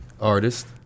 Artist